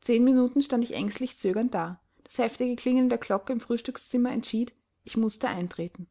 zehn minuten stand ich ängstlich zögernd da das heftige klingeln der glocke im frühstückszimmer entschied ich mußte eintreten